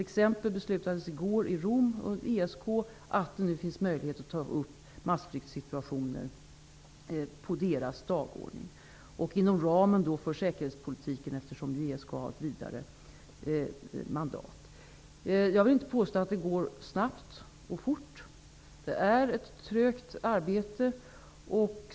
Exempelvis beslutade ESK i Rom i går att det skall finnas möjlighet att ta upp massflyktssituationer på ESK:s dagordning inom ramen för säkerhetspolitiken, eftersom ESK har ett vidare mandat. Jag vill inte påstå att arbetet går snabbt. Det är ett trögt arbete.